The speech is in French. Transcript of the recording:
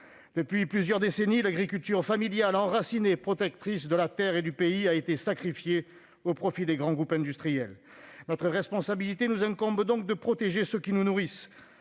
Depuis plusieurs décennies, l'agriculture familiale, enracinée, protectrice de la terre et du pays, a été sacrifiée au profit des grands groupes industriels. La responsabilité nous incombe donc de protéger ceux qui nous nourrissent.